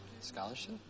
Scholarship